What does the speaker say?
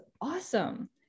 awesome